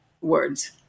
words